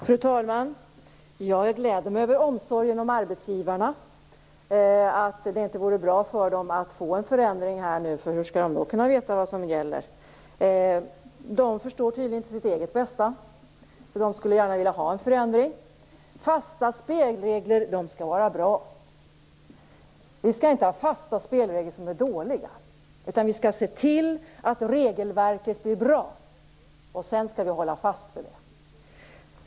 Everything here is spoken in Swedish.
Fru talman! Jag gläder mig över omsorgen om arbetsgivarna, att det inte vore bra för dem att få en förändring nu. För hur skall de då kunna veta vad som gäller? De förstår tydligen inte sitt eget bästa. De skulle ju gärna vilja ha en förändring. Fasta spelregler skall vara bra. Vi skall inte ha fasta spelregler som är dåliga. Vi skall se till att regelverket blir bra. Sedan skall vi hålla fast vid det.